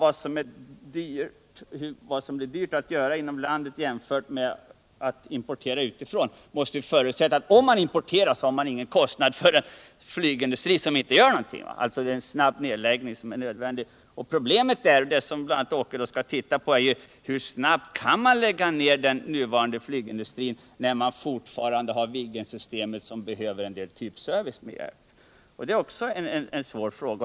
Talet om vad som blir dyrt att tillverka inom landet jämfört med att importera utifrån måste förutsätta att man, om man väljer att importera, inte har någon stor kvarstående kostnad för en egen flygindustri; då är alltså en snabb nedläggning nödvändig. Problemet är då: Hur snabbt kan man lägga ned den nuvarande flygindustrin när man fortfarande har Viggensystemet, som behöver en del typservice? Det är också en svår fråga.